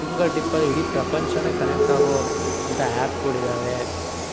finger ಟಿಪ್ಪಲ್ಲಿ ಇಡೀ ಪ್ರಪಂಚನೇ ಕನೆಕ್ಟ್ ಆಗೋ ಅಂಥ ಆ್ಯಪ್ಗಳಿದ್ದಾವೆ